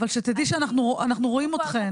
אבל שתדעי שאנחנו רואים אתכן.